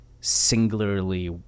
singularly